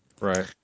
Right